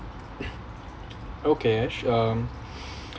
okay ash um